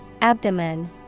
abdomen